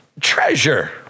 treasure